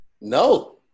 No